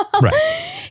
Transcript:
Right